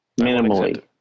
minimally